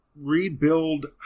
rebuild